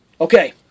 Okay